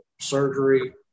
surgery